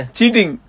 Cheating